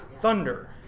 Thunder